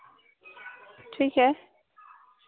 ठीक है